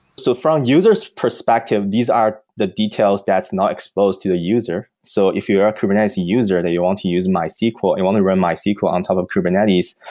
so from user s perspective, these are the details that's not exposed to the user. so if you're a kubernetes user that you want to use mysql and want to run mysql on top of kubernetes,